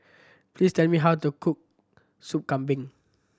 please tell me how to cook Sup Kambing